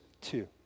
two